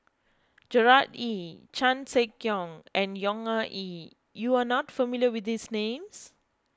Gerard Ee Chan Sek Keong and Yong Ah Kee you are not familiar with these names